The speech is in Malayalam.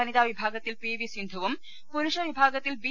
വനിതാ വിഭാഗത്തിൽ പി വി സിന്ധു വും പൂരുഷ വിഭാഗത്തിൽ ബി